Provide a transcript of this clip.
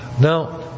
Now